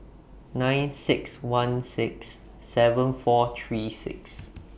nine six one six seven four three six